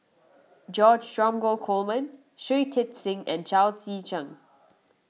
George Dromgold Coleman Shui Tit Sing and Chao Tzee Cheng